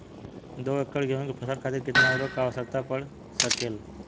दो एकड़ गेहूँ के फसल के खातीर कितना उर्वरक क आवश्यकता पड़ सकेल?